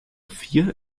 vier